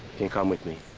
can come with me.